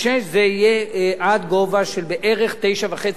זה יהיה עד גובה של בערך 9.5 מיליון,